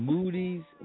Moody's